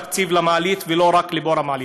תקציב למעלית, ולא רק לבור מעלית.